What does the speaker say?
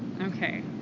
Okay